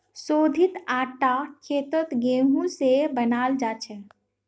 शोधित आटा खेतत गेहूं स बनाल जाछेक